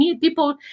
People